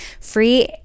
free